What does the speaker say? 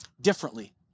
differently